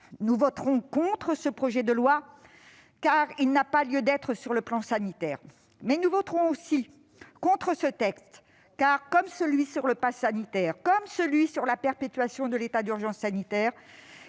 nous voterons contre ce projet de loi, car il n'a pas lieu d'être sur le plan sanitaire. Mais nous voterons aussi contre ce texte, car, comme ceux sur le passe sanitaire et sur la prorogation de l'état d'urgence sanitaire,